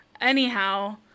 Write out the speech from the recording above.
Anyhow